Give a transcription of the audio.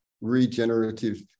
regenerative